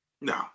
No